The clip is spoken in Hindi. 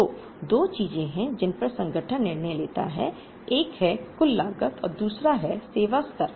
तो दो चीजें हैं जिन पर संगठन निर्णय लेता है एक है कुल लागत और दूसरा है सेवा स्तर